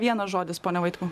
vienas žodis pone vaitkau